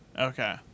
Okay